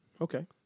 Okay